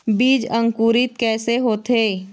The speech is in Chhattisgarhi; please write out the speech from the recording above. बीज अंकुरित कैसे होथे?